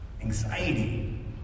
Anxiety